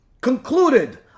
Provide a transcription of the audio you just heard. concluded